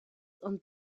und